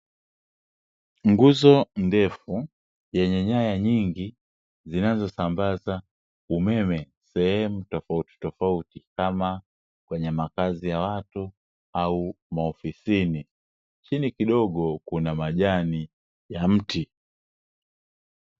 Nguzo ndefu yenye nyaya nyingi zinazosambaza umeme sehemu tofauti tofauti kama: kwenye makazi ya watu au maofisini, chini kidogo kuna majani ya mti.